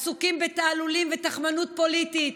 עסוקים בתעלולים ובתחמנות פוליטית,